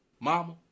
Mama